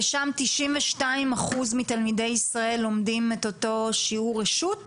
ושם 92% מתלמידי ישראל לומדים את אותו שיעור רשות?